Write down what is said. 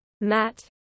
Matt